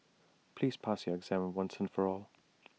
please pass your exam once and for all